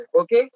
Okay